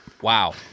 Wow